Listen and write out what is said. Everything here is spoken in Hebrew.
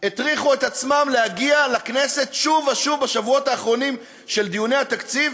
הטריחו את עצמם להגיע לכנסת שוב ושוב בשבועות האחרונים של דיוני התקציב,